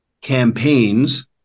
campaigns